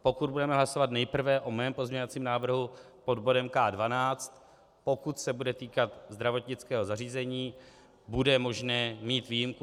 Pokud budeme hlasovat nejprve o mém pozměňovacím návrhu pod bodem K12, pokud se bude týkat zdravotnického zařízení, bude možné mít výjimku.